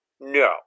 No